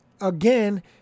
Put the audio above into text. again